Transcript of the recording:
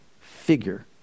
figure